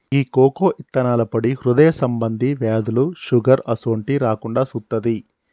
గీ cocoa ఇత్తనాల పొడి హృదయ సంబంధి వ్యాధులు, షుగర్ అసోంటిది రాకుండా సుత్తాది